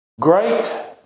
Great